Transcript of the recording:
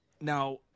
Now